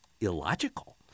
illogical